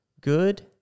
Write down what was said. good